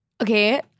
Okay